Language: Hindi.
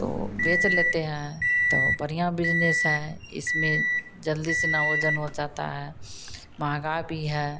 तो बेच लेते हैं तौ बढ़िया बिजनेस है इसमें जल्दी से ना वजन हो जाता है महँगा भी है